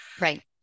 Right